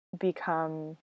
become